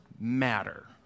matter